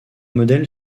modèle